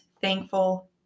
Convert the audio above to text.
thankful